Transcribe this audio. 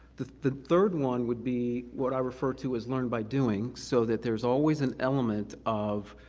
the the third one would be what i refer to as learn by doing, so that there's always an element of,